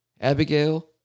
abigail